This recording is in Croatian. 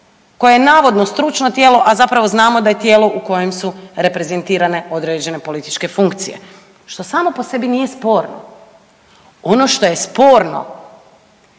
koje je navodno stručno tijelo, a zapravo znamo da je tijelo u kojem su reprezentirane određene političke funkcije, što samo po sebi nije sporno. Ono što je sporno